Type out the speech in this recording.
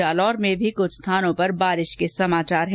जालौर करौली में भी कुछ स्थानों पर बारिश के समाचार है